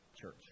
church